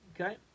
Okay